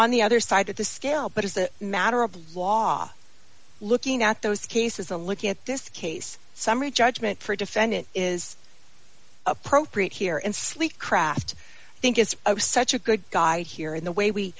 on the other side of the scale but as a matter of law looking at those cases a look at this case summary judgment for defendant is appropriate here and sleep craft think it's such a good guide here in the way we